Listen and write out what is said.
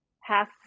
Half